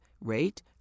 rate